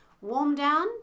warm-down